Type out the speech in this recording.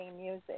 music